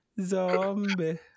zombie